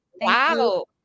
Wow